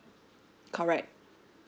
correct